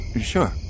sure